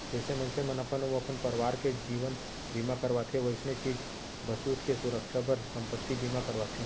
जइसे मनसे मन अपन अउ अपन परवार के जीवन बीमा करवाथें वइसने चीज बसूत के सुरक्छा बर संपत्ति बीमा करवाथें